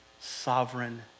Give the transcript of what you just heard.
sovereign